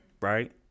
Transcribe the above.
right